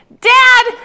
Dad